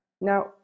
Now